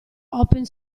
open